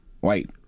white